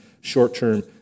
short-term